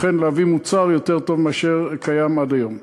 אכן להביא מוצר טוב יותר מאשר קיים עד היום.